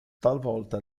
talvolta